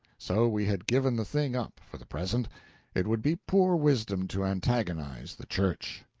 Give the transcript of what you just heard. so we had given the thing up, for the present it would be poor wisdom to antagonize the church.